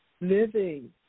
Living